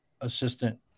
assistant